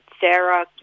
Sarah